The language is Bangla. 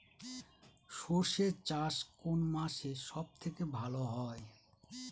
সর্ষে চাষ কোন মাসে সব থেকে ভালো হয়?